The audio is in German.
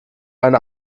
eine